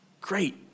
great